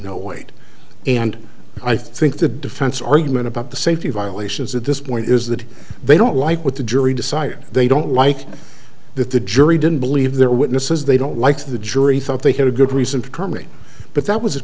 no weight and i think the defense argument about the safety violations at this point is that they don't like what the jury decided they don't like that the jury didn't believe their witnesses they don't like the jury thought they had a good reason for coming but that was